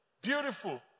beautiful